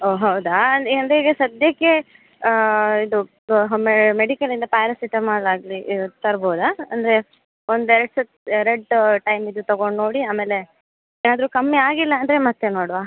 ಓಹ್ ಹೌದಾ ಅಂದರೆ ಈಗ ಸದ್ಯಕ್ಕೆ ಇದು ಮೆಡಿಕಲಿಂದ ಪ್ಯಾರಸಿಟಮಲ್ ಆಗಲಿ ತರ್ಬೌದಾ ಅಂದರೆ ಒಂದು ಎರಡು ಸತಿ ಎರಡು ಟೈಮಿಂದು ತಗೊಂಡು ನೋಡಿ ಆಮೇಲೆ ಏನಾದರೂ ಕಮ್ಮಿ ಆಗಿಲ್ಲ ಅಂದರೆ ಮತ್ತೆ ನೋಡುವ